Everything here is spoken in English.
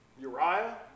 Uriah